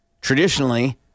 Traditionally